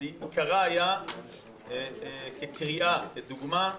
עיקרה הייתה כקריאה לדוגמה,